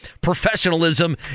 professionalism